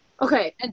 Okay